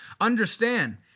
understand